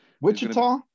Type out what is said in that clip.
Wichita